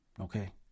okay